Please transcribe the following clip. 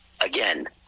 again